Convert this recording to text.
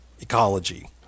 ecology